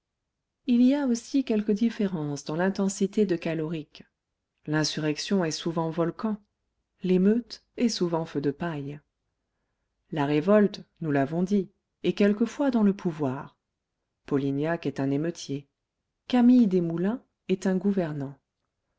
il y a aussi quelque différence dans l'intensité de calorique l'insurrection est souvent volcan l'émeute est souvent feu de paille la révolte nous l'avons dit est quelquefois dans le pouvoir polignac est un émeutier camille desmoulins est un gouvernant